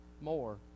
more